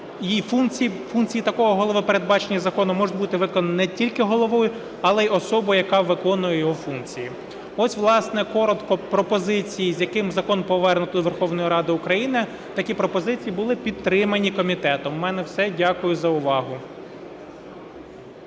що функції такого голови, передбачені законом, можуть бути виконані не тільки головою, але і особою, яка виконує його функції. Ось, власне, коротко пропозиції, з якими закон повернуто у Верховну Раду України. Такі пропозиції були підтримані комітетом. У мене все. Дякую за увагу.